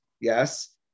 yes